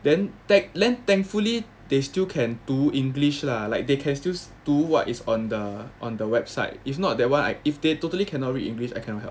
then thank then thankfully they still can 读 english lah like they can still 读 what is on the on the website if not that one I if they totally cannot read english I cannot help